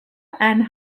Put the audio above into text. and